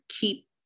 keep